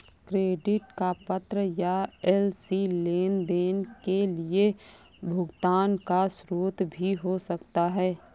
credit का पत्र या एल.सी लेनदेन के लिए भुगतान का स्रोत भी हो सकता है